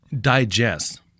digest